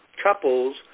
couples